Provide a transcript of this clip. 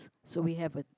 so we have a